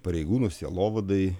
pareigūnų sielovadai